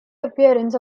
appearance